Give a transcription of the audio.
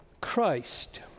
Christ